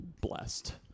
blessed